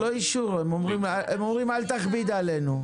הם אומרים 'אל תכביד עלינו'.